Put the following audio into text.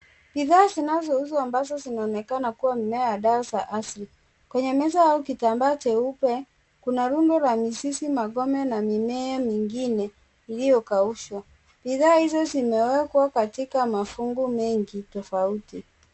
Bidhaa zinazouzwa ambazo zinaonekana kuwa mmea wa dawa za asri, kwenye meza au kitambaa cheupe kuna rundu la mizizi ,magome na mimea mingine iliyokaushwa, bidhaa izo zimewekwa katika mafungu mengi tofauti.